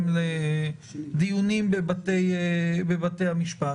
את בתי המשפט